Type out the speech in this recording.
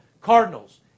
Cardinals